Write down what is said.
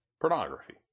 Pornography